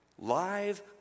Live